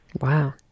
Wow